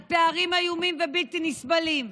על פערים איומים ובלתי נסבלים,